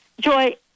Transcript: Joy